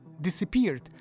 disappeared